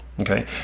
okay